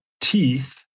teeth